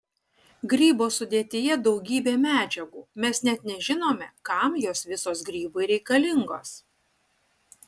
grybo sudėtyje daugybė medžiagų mes net nežinome kam jos visos grybui reikalingos